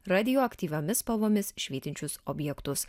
radioaktyviomis spalvomis švytinčius objektus